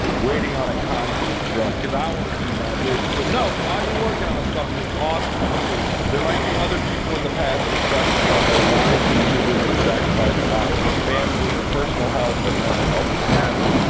waiting on a concrete truck cause i want to see my vision. so note while your working on something that's awesome for you, there might be other people in the past that have suffered. i know a lot of youtubers that have sacrificed a lot with their family, their personal health, their mental health, and what have you.